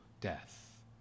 death